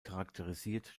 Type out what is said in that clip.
charakterisiert